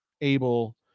able